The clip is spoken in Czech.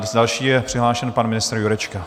Další je přihlášen pan ministr Jurečka.